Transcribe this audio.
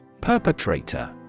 Perpetrator